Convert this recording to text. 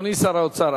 אדוני שר האוצר,